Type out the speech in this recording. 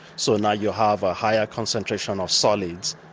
so now you have a higher concentration of solids.